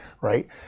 right